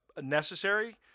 necessary